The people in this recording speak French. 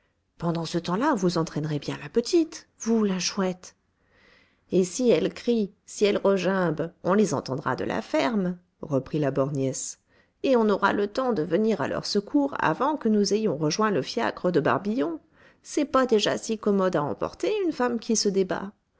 pendant ce temps-là vous entraînerez bien la petite vous la chouette et si elles crient si elles regimbent on les entendra de la ferme reprit la borgnesse et on aura le temps de venir à leur secours avant que nous ayons rejoint le fiacre de barbillon c'est pas déjà si commode à emporter une femme qui se débat